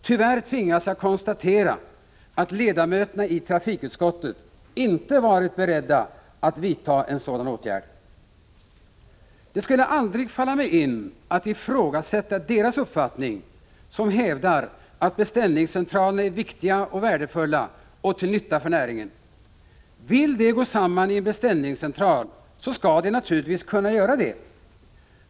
Tyvärr tvingas jag konstatera att ledamöterna i trafikutskottet inte varit beredda att vidta en sådan åtgärd. Det skulle aldrig falla mig in att ifrågasätta deras uppfattning som hävdar att beställningscentralerna är viktiga och värdefulla och till nytta för näringen. Vill taxiägarna gå samman i en beställningscentral så skall de naturligtvis kunna göra det.